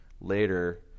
later